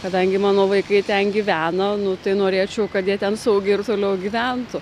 kadangi mano vaikai ten gyvena nu tai norėčiau kad jie ten saugiai ir toliau gyventų